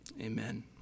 Amen